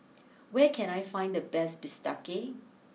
where can I find the best Bistake